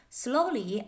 slowly